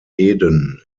eden